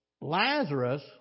Lazarus